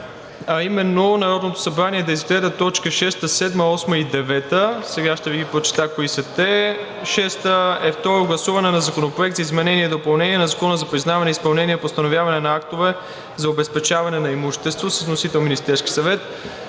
– Народното събрание да изгледа т. 6, 7, 8 и 9. Сега ще Ви прочета кои са те: „6. Второ гласуване на Законопроекта за изменение и допълнение на Закона за признаване, изпълнение и постановяване на актове за обезпечаване на имущество. Вносител – Министерският съвет.